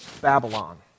Babylon